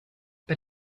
but